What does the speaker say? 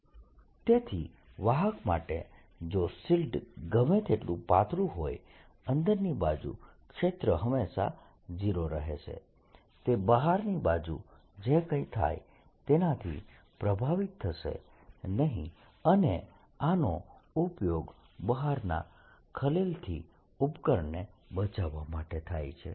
VVdVV2VdVV2dVVVdSV2dV V2dV0 or V0 તેથી વાહક માટે જો શિલ્ડ ગમે તેટલું પાતળું હોય અંદરની બાજુ ક્ષેત્ર હંમેશા 0 રહેશે તે બહારની બાજુ જે કંઈ થાય તેનાથી પ્રભાવિત થશે નહિ અને આનો ઉપયોગ બહારના ખલેલથી ઉપકરણને બચાવવા માટે થાય છે